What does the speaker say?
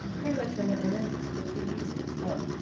pray let your mother know this, for two reasons one,